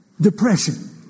Depression